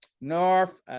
North